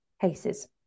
cases